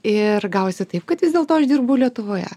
ir gavosi taip kad vis dėlto aš dirbu lietuvoje